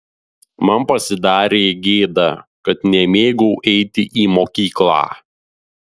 man pasidarė gėda kad nemėgau eiti į mokyklą